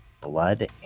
blood